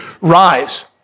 rise